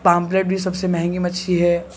پاپلٹ بھی سب سے مہنگی مچھلی ہے